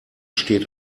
steht